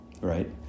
right